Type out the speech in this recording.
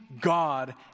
God